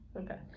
Okay